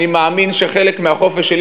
אני מאמין שחלק מהחופש שלי,